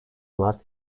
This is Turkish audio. mart